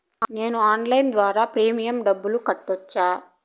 నేను ఆన్లైన్ ద్వారా ప్రీమియం డబ్బును కట్టొచ్చా?